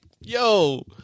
yo